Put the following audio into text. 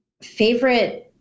favorite